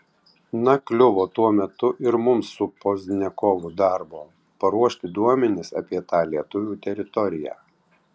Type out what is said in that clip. na kliuvo tuo metu ir mums su pozdniakovu darbo paruošti duomenis apie tą lietuvių teritoriją